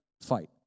fight